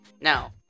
Now